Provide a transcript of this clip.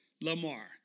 Lamar